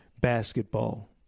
basketball